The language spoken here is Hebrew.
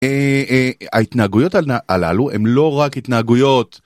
ההתנהגויות הללו הן לא רק התנהגויות.